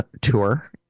tour